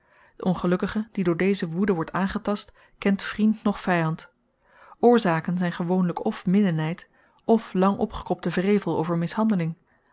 de ongelukkige die door deze woede wordt aangetast kent vriend noch vyand oorzaken zyn gewoonlyk f minnenyd f lang opgekropte wrevel over mishandeling